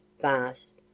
vast